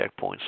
checkpoints